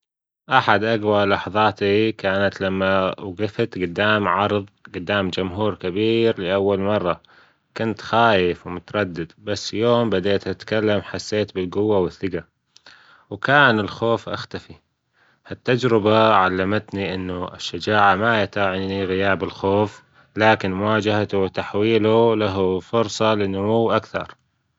أحد أجوى لحظاتي كانت لما وجفت جدام عرض جدام جمهور كبير لأول مرة، كنت خايف ومتردد بس يوم بديت أتكلم حسيت بالجوة والثجة، وكان الخوف إختفي هالتجربة علمتني إنه الشجاعة ما تعني غياب الخوف لكن مواجهته وتحويله له فرصة لنمو أكثر.